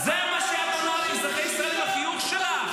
זה מה שאת מראה לאזרחי ישראל עם החיוך שלך?